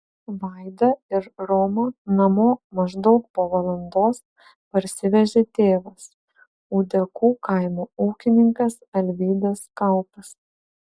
vaidą ir romą namo maždaug po valandos parsivežė tėvas ūdekų kaimo ūkininkas alvydas kaupas